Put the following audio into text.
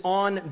on